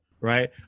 Right